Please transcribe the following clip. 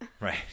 Right